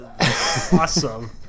Awesome